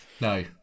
No